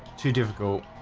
too difficult,